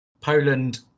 poland